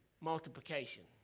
multiplication